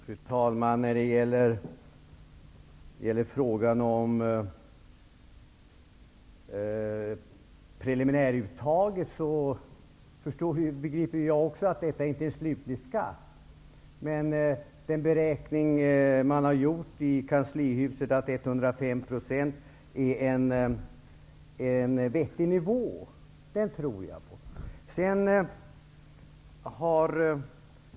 Fru talman! När det gäller preliminärskatteuttaget begriper också jag att det inte är fråga om en slutlig skatt. Men den beräkning man har gjort i kanslihuset att 105 % är en vettig nivå, tror jag på.